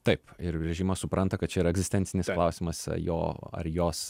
taip ir režimas supranta kad čia yra egzistencinis klausimas jo ar jos